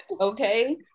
Okay